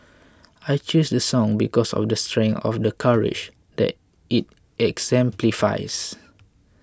I chose the song because of the strength of the courage that it exemplifies